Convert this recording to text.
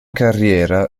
carriera